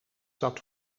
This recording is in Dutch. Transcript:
zat